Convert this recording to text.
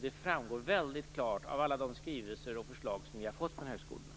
Det framgår väldigt klart av alla de skrivelser och förslag som vi har fått från högskolorna.